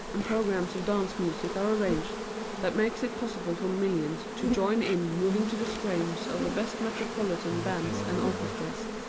and programs of dance music are arranged that make it possible for millions to join in moving to the strains of the best metropolitan bands and orchestras.